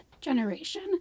generation